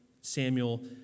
Samuel